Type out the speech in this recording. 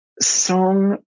song